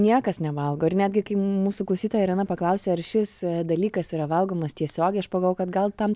niekas nevalgo ir netgi kai mūsų klausytoja irena paklausė ar šis dalykas yra valgomas tiesiogiai aš pagavojau kad gal tam